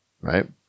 right